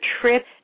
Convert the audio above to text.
trip